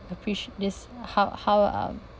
apprec~ this how how um